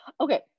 Okay